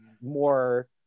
more